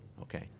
okay